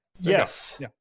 Yes